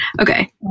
okay